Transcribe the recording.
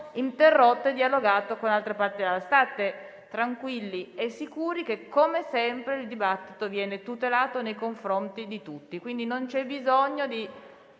interrotto e dialogato con altre parti. State tranquilli e sicuri che, come sempre, il dibattito viene tutelato nei confronti di tutti. Quindi non c'è bisogno di